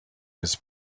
his